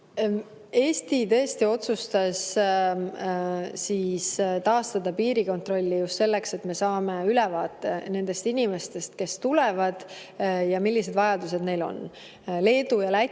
Eesti tõesti otsustas taastada piirikontrolli just selleks, et me saaksime ülevaate nendest inimestest, kes tulevad, ja sellest, millised vajadused neil on. Leedu ja Läti